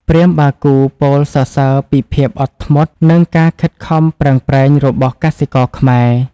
ព្រាហ្មណ៍បាគូពោលសរសើរពីភាពអត់ធ្មត់ និងការខិតខំប្រឹងប្រែងរបស់កសិករខ្មែរ។